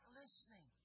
listening